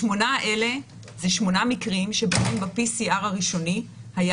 השמונה האלה הם שמונה מקרים שבהם ב-PCR הראשוני היה